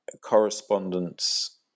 correspondence